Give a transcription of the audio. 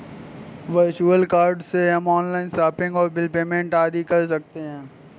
virtual card से हम online shopping और बिल पेमेंट आदि कर सकते है